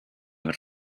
wird